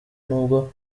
n’ubwo